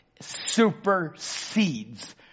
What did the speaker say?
supersedes